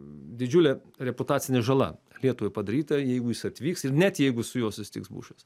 didžiulė reputacinė žala lietuvai padaryta jeigu jis atvyks ir net jeigu su juo susitiks bušas